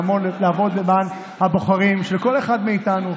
לעבוד למען הבוחרים של כל אחד מאיתנו,